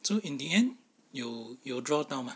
so in the end 有有 draw 到 mah